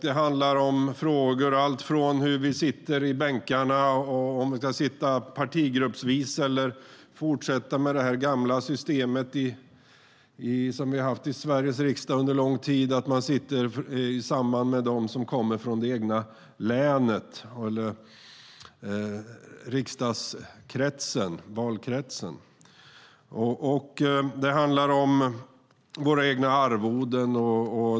Det är frågor som handlar om allt, hur vi sitter i bänkarna, om vi ska sitta partigruppsvis eller fortsätta med det gamla systemet som vi har haft i Sveriges riksdag under lång tid, att man sitter tillsammans med dem som kommer från det egna länet eller riksdagsvalkretsen. Det handlar om våra egna arvoden.